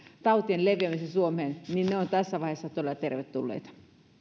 tautien leviämisen suomeen ovat tässä vaiheessa todella tervetulleita